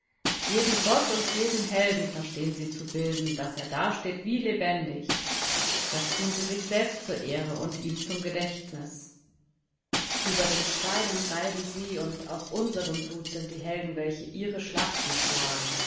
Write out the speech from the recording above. jeden gott und jeden helden verstehen sie zu bilden daß er dasteht wie lebendig das tun sie sich selbst zur ehre und ihm zum gedächtnis über den steinen reiben sie und aus unserem blut sind die helden welche ihre schlachten schlagen